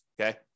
Okay